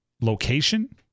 location